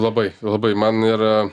labai labai man ir